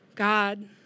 God